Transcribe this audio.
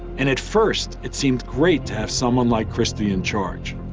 and at first, it seemed great to have someone like christie in charge.